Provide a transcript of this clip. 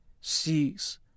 sees